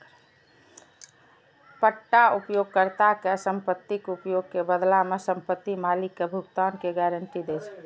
पट्टा उपयोगकर्ता कें संपत्तिक उपयोग के बदला मे संपत्ति मालिक कें भुगतान के गारंटी दै छै